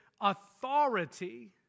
authority